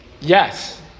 Yes